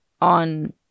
on